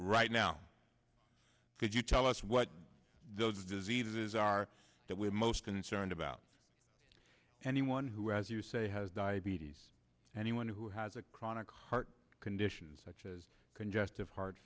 right now could you tell us what those diseases are that we're most concerned about anyone who as you say has diabetes anyone who has a chronic heart condition such as congestive heart